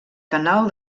canal